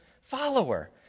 follower